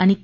आणि के